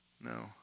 No